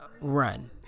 run